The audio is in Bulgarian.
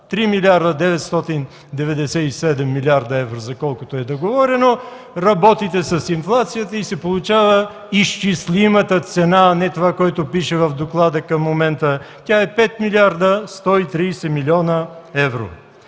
3 млрд. 997 евро, за колкото е договорено, работите с инфлацията и се получава изчислимата цена, а не това, което пише в доклада към момента – тя е 5 млрд. 130 млн. евро.